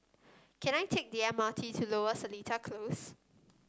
can I take the M R T to Lower Seletar Close